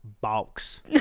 box